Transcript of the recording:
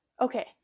Okay